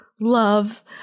love